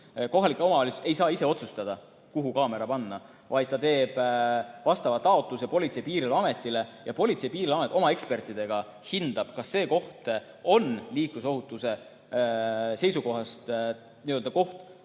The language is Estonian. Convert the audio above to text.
Kohalik omavalitsus ei saa ise otsustada, kuhu kaamera panna, vaid ta teeb vastava taotluse Politsei- ja Piirivalveametile ning Politsei- ja Piirivalveamet oma ekspertidega hindab, kas see koht on liiklusohutuse seisukohast koht,